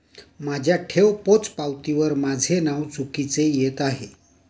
माझ्या ठेव पोचपावतीवर माझे नाव चुकीचे येत आहे